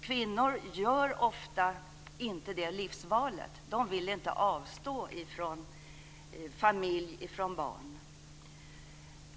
Kvinnor gör ofta inte det livsvalet - de vill inte avstå från familj och från barn.